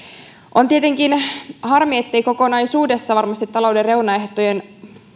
on tietenkin harmi ettei kokonaisuudessaan varmasti talouden reunaehtojen